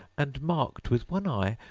and marked, with one eye,